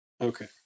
Okay